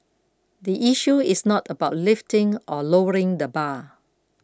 the issue is not about lifting or lowering the bar